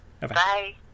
bye